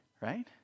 right